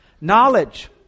Knowledge